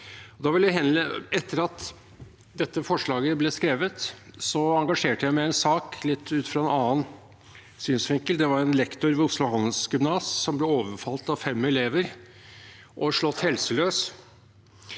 Etter at dette forslaget ble skrevet, engasjerte jeg meg i en sak litt ut fra en annen synsvinkel. Det var en lektor ved Oslo Handelsgymnasium som ble overfalt av fem elever og slått helseløs.